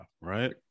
right